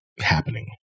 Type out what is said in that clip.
happening